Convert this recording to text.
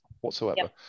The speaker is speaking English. whatsoever